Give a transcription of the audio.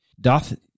Doth